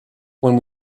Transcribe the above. when